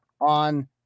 on